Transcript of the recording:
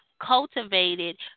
cultivated